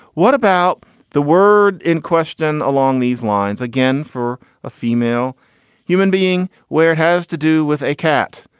what about the word in question along these lines, again, for a female human being where it has to do with a cat.